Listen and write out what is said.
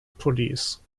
police